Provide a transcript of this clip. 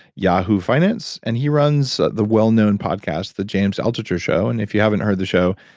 yahoo finance, and he runs the well known podcast the james altucher show, and if you haven't heard the show,